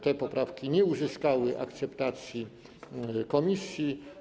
Te poprawki nie uzyskały akceptacji komisji.